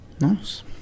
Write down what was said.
Nice